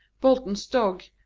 bolton's dog,